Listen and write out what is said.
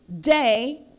day